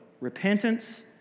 repentance